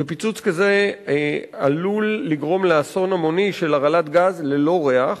ופיצוץ כזה עלול לגרום לאסון המוני של הרעלת גז ללא ריח,